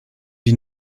die